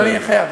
לא.